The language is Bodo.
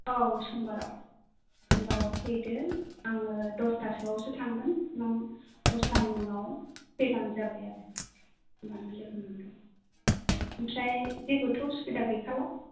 औ समबाराव समबाराव फैदो आङो दसथासोयावसो थांगोन नों दसथानि उनाव फैबानो जाबाय आरो होनबानो लोगो मोनगोन ओमफ्राय जेबोथ' उसुबिदा गैखाला